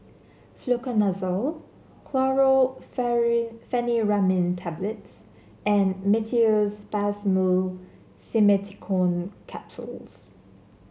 Fluconazole Tablets and Meteospasmyl Simeticone Capsules